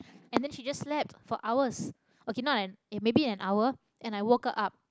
and then she just slept for hours okay not an maybe an hour and I woke her up